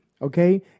okay